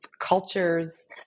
cultures